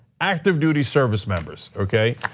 active duty service members, okay.